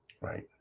right